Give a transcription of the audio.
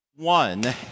one